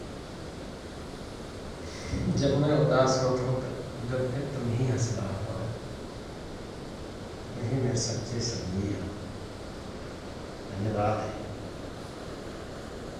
जव मय उदास ह‍ोत हओत जव फिर तुमहि हसवात हओ । तुमहि मिर सच्चे संगी हओ । धन्यवाद हय ।